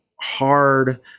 hard